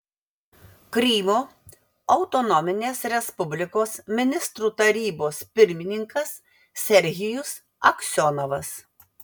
krymo autonominės respublikos ministrų tarybos pirmininkas serhijus aksionovas